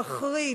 מחריד,